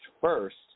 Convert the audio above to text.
first